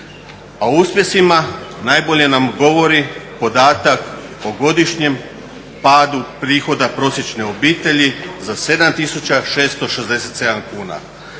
o uspjesima najbolje nam govori podatak o godišnjem padu prihoda prosječne obitelji za 7.667 kuna.